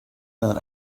than